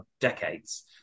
decades